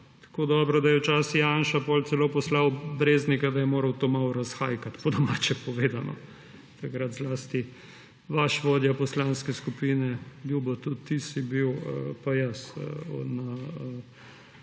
Tako dobro, da je včasih Janša potem celo poslal Breznika, da je moral to malo razhajkati, po domače povedano. Takrat zlasti vaš vodja poslanske skupine, Ljubo, tudi ti si bil, pa jaz na matičnem